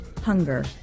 hunger